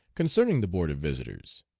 concerning the board of visitors.